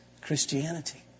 Christianity